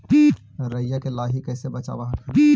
राईया के लाहि कैसे बचाब हखिन?